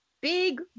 Big